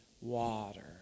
water